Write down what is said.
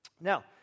Now